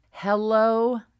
Hello